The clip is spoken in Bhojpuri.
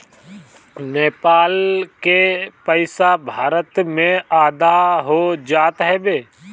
नेपाल के पईसा भारत में आधा हो जात हवे